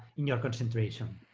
in your concentration.